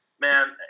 Man